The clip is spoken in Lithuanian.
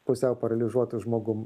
pusiau paralyžiuotu žmogum